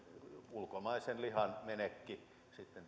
ulkomaisen lihan menekki sitten